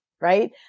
right